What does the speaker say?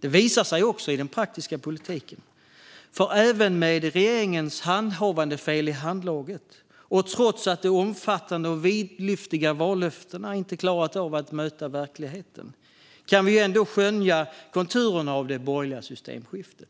Det visar sig också i den praktiska politiken, för även med regeringens handhavandefel i handlaget och trots att de omfattande och vidlyftiga vallöftena inte har klarat av att möta verkligheten kan vi ändå skönja konturerna av det borgerliga systemskiftet.